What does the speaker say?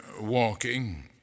walking